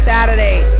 Saturday